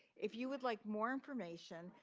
if you would like more information,